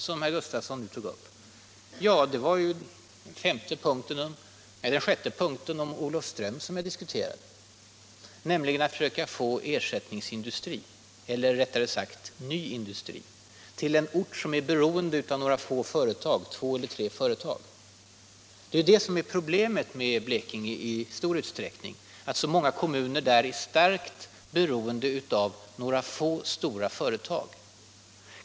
Jag vill svara att frågan behandlades under en av de punkter om Olofström som jag tog upp och som handlade om försöken att få en ersättnings eller ny industri till en ort som är beroende av två eller tre företag. Problemet med Blekinge är ju i stor utsträckning att många kommuner där är så starkt beroende av några få stora företag.